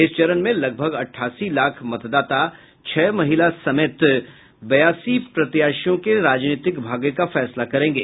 इस चरण में लगभग अट्ठासी लाख मतदाता छह महिला समेत बयासी प्रत्याशियों के राजनीतिक भाग्य का फैसला करेंगे